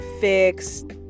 fixed